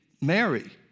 Mary